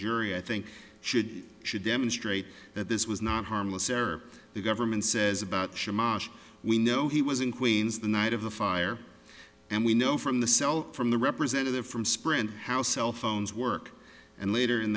jury i think should should demonstrate that this was not harmless error the government says about should we know he was in queens the night of the fire and we know from the cell from the representative from sprint how cell phones work and later in